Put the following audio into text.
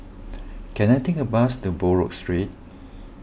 can I take a bus to Buroh Street